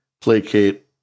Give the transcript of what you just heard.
placate